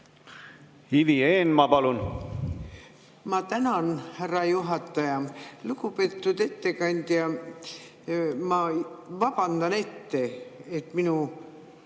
Ivi Eenmaa, palun! Ma tänan, härra juhataja! Lugupeetud ettekandja! Ma vabandan ette, et minu